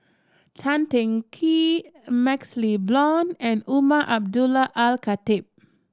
Tan Teng Kee MaxLe Blond and Umar Abdullah Al Khatib